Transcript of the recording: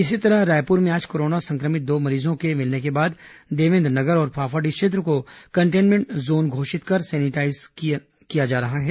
इसी तरह रायपुर में आज कोरोना संक्रमित दो मरीजों के मिलने के बाद देवेन्द्र नगर और फाफाडीह क्षेत्र को कंटेन्मेंट जोन घोषित कर सैनिटाईजर का छिड़काव किया जा रहा है